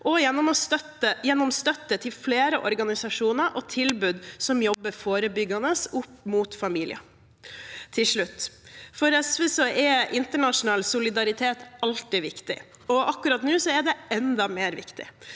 og gjennom støtte til flere organisasjoner og tilbud som jobber forebyggende opp mot familier. Til slutt: For SV er internasjonal solidaritet alltid viktig, og akkurat nå er det enda mer viktig.